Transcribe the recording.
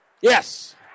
Yes